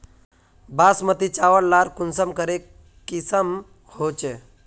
बासमती चावल लार कुंसम करे किसम होचए?